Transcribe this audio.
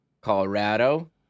Colorado